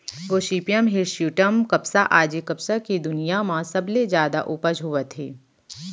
Gossypium हिरस्यूटॅम कपसा आज ए कपसा के दुनिया म सबले जादा उपज होवत हे